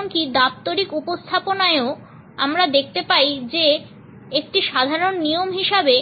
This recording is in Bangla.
এমনকি দাপ্তরিক উপস্থাপনায়ও আমরা দেখতে পাই যে একটি সাধারণ নিয়ম হিসাবে